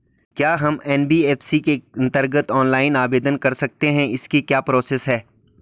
क्या हम एन.बी.एफ.सी के अन्तर्गत ऑनलाइन आवेदन कर सकते हैं इसकी क्या प्रोसेस है?